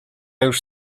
już